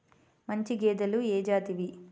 మంచి గేదెలు ఏ జాతివి?